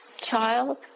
child